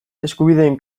eskubideen